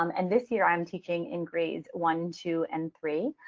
um and this year i'm teaching in grades one, two and three.